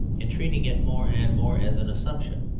in treating it more and more as an assumption.